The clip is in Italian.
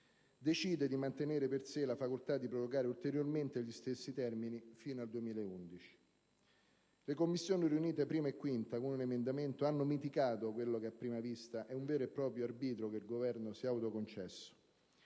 decide di mantenere per sé la facoltà di prorogare ulteriormente gli stessi termini fino al 2011. Le Commissioni riunite 1a e 5a, ,con un emendamento, hanno mitigato quello che a prima vista è un vero e proprio arbitrio che il Governo si è autoconcesso.